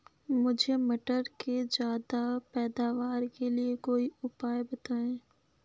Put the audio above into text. मुझे मटर के ज्यादा पैदावार के लिए कोई उपाय बताए?